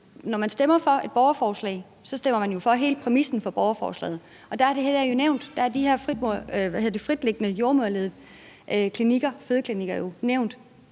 når man stemmer for et borgerforslag, stemmer man for hele præmissen borgerforslaget, og der er det her jo nævnt. Der er de her fritstående jordemoderledede fødeklinikker jo nævnt,